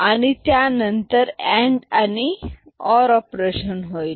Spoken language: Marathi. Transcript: आणि त्यानंतर अँड आणि ओर ऑपरेशन होईल